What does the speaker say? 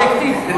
הוא אובייקטיבי.